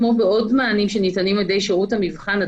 כמו בעוד מענים שניתנים על ידי שירות המבחן,